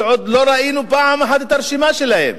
שעוד לא ראינו פעם אחת את הרשימה שלהם.